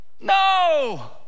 No